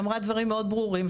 שאמרה דברים מאוד ברורים,